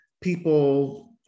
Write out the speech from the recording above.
people